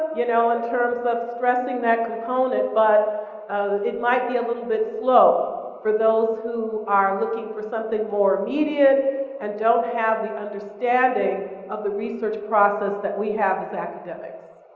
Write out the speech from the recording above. you know in terms of stressing that component, but it might be a little bit slow for those who are looking for something more immediate and don't have the understanding of the research process that we have as academics.